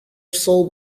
soul